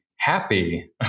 happy